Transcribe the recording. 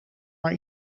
maar